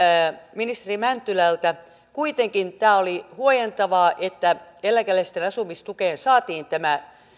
ministeri mäntylältä kuitenkin oli huojentavaa että eläkeläisten asumistukeen saatiin tämä